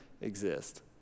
exist